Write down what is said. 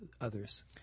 others